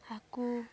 ᱦᱟᱹᱠᱩ